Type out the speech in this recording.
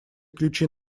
ключи